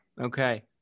Okay